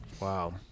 Wow